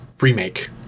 remake